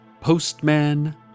Postman